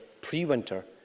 pre-winter